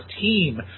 team